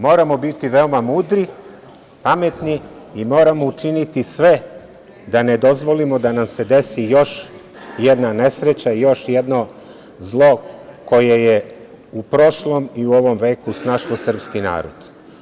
Moramo biti veoma mudri, pametni i moramo učiniti sve, da ne dozvolimo da nam se desi još jedna nesreća, još jedno zlo koje je u prošlom i u ovom veku snašlo srpski narod.